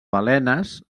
balenes